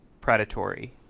predatory